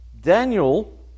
Daniel